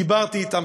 דיברתי אתם,